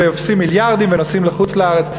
ועושים מיליארדים ונוסעים לחוץ-לארץ.